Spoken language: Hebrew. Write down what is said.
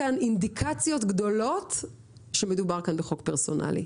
שאין כאן אינדיקציות גדולות שמדובר כאן בחוק פרסונלי.